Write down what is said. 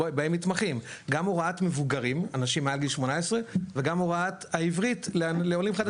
גם הוראת מבוגרים אנשים מעל גיל 18 וגם הוראת העברית לעולים חדשים.